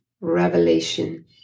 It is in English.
revelation